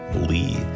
Lee